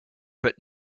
but